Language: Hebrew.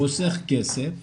חוסך כסף